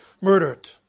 murdered